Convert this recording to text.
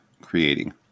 creating